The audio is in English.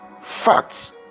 facts